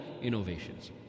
innovations